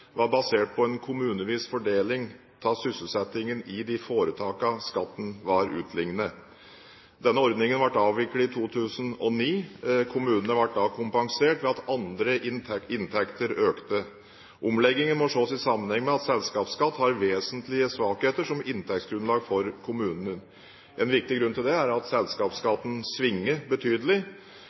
var basert på en kommunevis fordeling av sysselsettingen i de foretakene skatten var utlignet. Denne ordningen ble avviklet i 2009. Kommunene ble da kompensert ved at andre inntekter økte. Omleggingen må ses i sammenheng med at selskapsskatt har vesentlige svakheter som inntektsgrunnlag for kommunene. En viktig grunn til det er at selskapsskatten svinger betydelig.